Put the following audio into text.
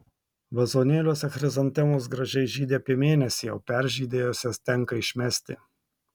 vazonėliuose chrizantemos gražiai žydi apie mėnesį o peržydėjusias tenka išmesti